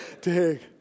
dig